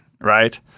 right